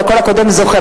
וכל הקודם זוכה.